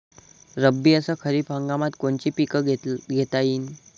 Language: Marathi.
रब्बी अस खरीप हंगामात कोनचे पिकं घेता येईन?